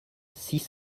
six